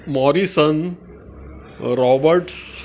morrison roberts